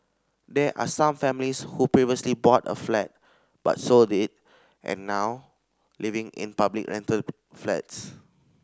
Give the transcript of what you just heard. there are some families who previously bought a flat but sold it and now living in public rental flats